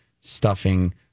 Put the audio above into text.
stuffing